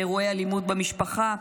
באירועי אלימות במשפחה,